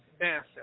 massive